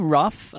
rough